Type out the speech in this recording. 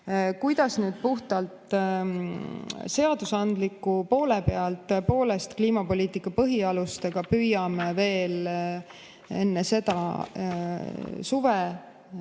Kuidas on puhtalt seadusandliku poole pealt? Tõepoolest, kliimapoliitika põhialustega püüame veel enne suve